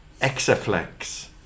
Exaflex